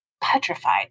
petrified